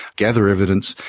gather evidence,